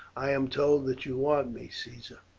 i am told that you want me, caesar.